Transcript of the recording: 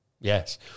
yes